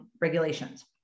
regulations